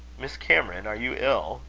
miss cameron, are you ill?